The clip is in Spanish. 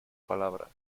palabras